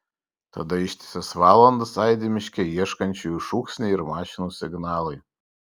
tada ištisas valandas aidi miške ieškančiųjų šūksniai ir mašinų signalai